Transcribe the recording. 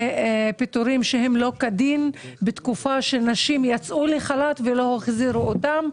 פיטורים לא כדין בתקופה שנשים יצאו לחל"ת ולא החזירו אותן,